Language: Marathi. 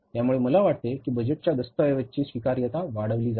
यामुळे मला वाटते की हे बजेटच्या दस्तऐवजाची स्वीकार्यता वाढवली जाते